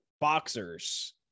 Boxers